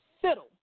fiddle